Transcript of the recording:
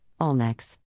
Allnex